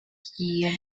тиийэн